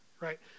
right